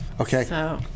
Okay